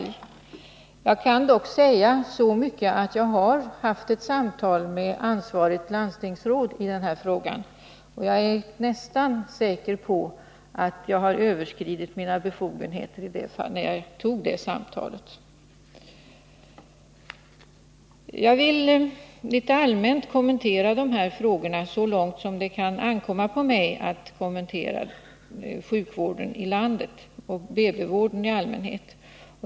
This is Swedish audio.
Jag kan dock säga så mycket som att jag har haft ett samtal med det ansvariga landstingsrådet i den här frågan, och jag är nästan säker på att jag överskred mina befogenheter när jag tog det samtalet. Jag vill allmänt kommentera de här frågorna så långt det kan ankomma på mig att kommentera sjukvården i landet och BB-vården i allmänhet.